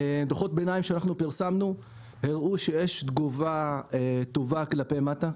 דוחות ביניים שפרסמנו הראו שיש תגובה כלפי מטה,